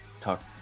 talk